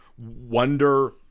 wonder